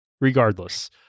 regardless